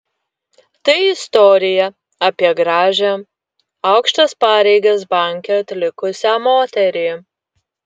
tai istorija apie gražią aukštas pareigas banke atlikusią moterį